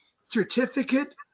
certificate